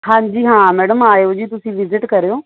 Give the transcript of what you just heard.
ਹਾਂਜੀ ਹਾਂ ਮੈਡਮ ਆਇਓ ਜੀ ਤੁਸੀਂ ਵਿਜ਼ਿਟ ਕਰਿਓ